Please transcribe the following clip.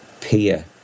peer